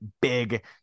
big